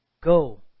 go